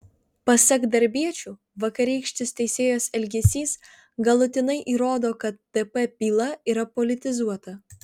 pasak darbiečių vakarykštis teisėjos elgesys galutinai įrodo kad dp byla yra politizuota